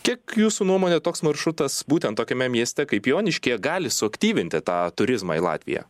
kiek jūsų nuomone toks maršrutas būtent tokiame mieste kaip joniškyje gali suaktyvinti tą turizmą į latviją